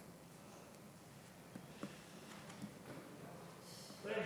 פריג',